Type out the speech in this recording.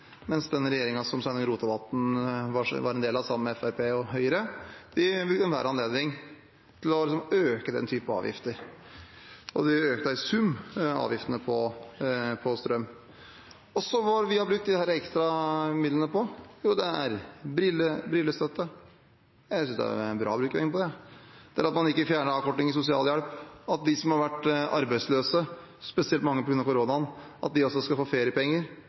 mens den regjeringen som Sveinung Rotevatn var en del av, sammen med Fremskrittspartiet og Høyre, brukte enhver anledning til å øke den typen avgifter. De økte i sum avgiftene på strøm. Så til hva vi har brukt de ekstra midlene på: Det er på brillestøtte – jeg synes det er bra å bruke penger på det – det er på å fjerne avkorting av sosialhjelp, det er på at de som har vært arbeidsløse, spesielt mange på grunn av koronaen, også skal få feriepenger